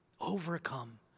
Overcome